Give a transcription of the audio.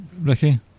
Ricky